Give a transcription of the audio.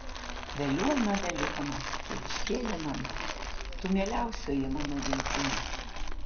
veliuona veliuona tėviškėle mana tu mieliausioji mano gimtine